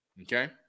okay